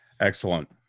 Excellent